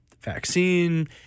vaccine